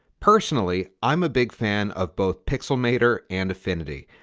personally, i'm a big fan of both pixelmator and affinity,